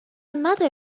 mother